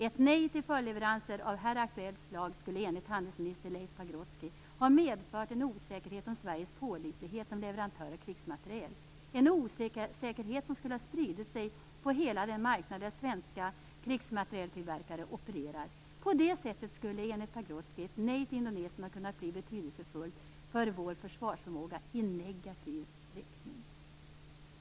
"Ett nej till följdleveranser av här aktuellt slag skulle enligt handelsminister Leif Pagrotsky ha medfört en osäkerhet om Sveriges pålitlighet som leverantör av krigsmateriel, en osäkerhet som skulle ha spritt sig på hela den marknad där svenska krigsmaterieltillverkare opererar. På det sättet skulle enligt Pagrotsky ett nej till Indonesien ha kunnat bli betydelsefullt för vår försvarsförmåga i negativ riktning."